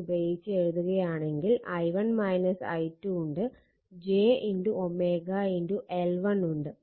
ഉപയോഗിച്ച് എഴുതുകയാണെങ്കിൽ i1 i2 ഉണ്ട് j L1 ഉണ്ട്